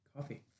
Coffee